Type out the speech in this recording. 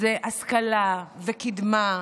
זה השכלה, קדמה,